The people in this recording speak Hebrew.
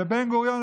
בן-גוריון,